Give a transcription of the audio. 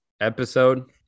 episode